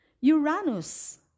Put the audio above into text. Uranus